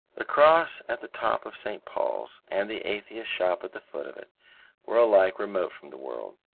the cross at the top of st. paul's and the atheist shop at the foot of it were alike remote from the world.